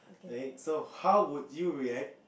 alright so how would you react